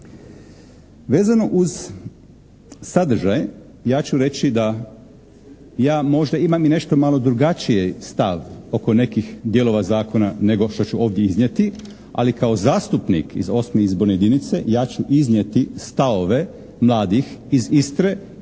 Vezano uz sadržaj ja ću reći da ja možda imam i nešto malo drugačiji stav oko nekih dijelova zakona nego što ću ovdje iznijeti, ali kao zastupnik iz osme izborne jedinice ja ću iznijeti stavove mladih ih Istre,